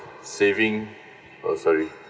saving uh sorry